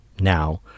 now